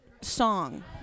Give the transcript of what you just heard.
song